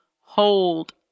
hold